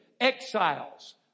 exiles